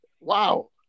Wow